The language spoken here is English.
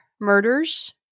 murders